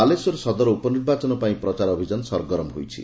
ବାଲେଶ୍ୱର ସଦର ଉପନିର୍ବାଚନ ପାଇଁ ପ୍ରଚାର ଅଭିଯାନ ସରଗରମ ହୋଇଛି